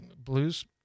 blues